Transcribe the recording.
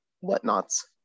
whatnots